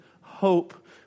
hope